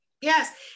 Yes